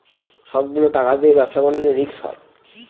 সব গুলো টাকা দিয়ে ব্যবসা করলে রিস্ক হয়